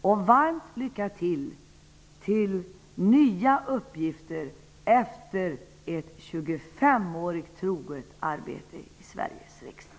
Ett varmt lycka till med nya uppgifter efter ett 25 årigt troget arbete i Sveriges riksdag!